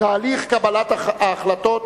תהליך קבלת ההחלטות,